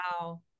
Wow